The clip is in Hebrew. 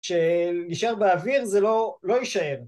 כשנשאר באוויר זה לא... לא יישאר